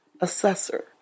assessor